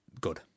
good